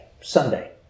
Sunday